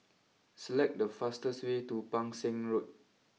select the fastest way to Pang Seng Road